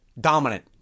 Dominant